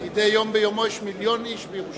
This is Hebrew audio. מדי יום ביומו יש מיליון איש בירושלים.